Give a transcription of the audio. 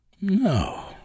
No